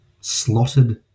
slotted